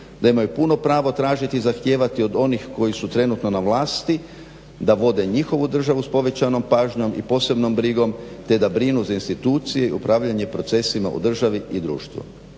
da imaju puno pravo tražiti i zahtijevati od onih koji su trenutno na vlasti da vode njihovu državu s povećanom pažnjom i posebnom brigom te da brinu za institucije i upravljanje procesima u državi i društvu.